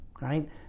right